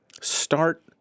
Start